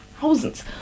thousands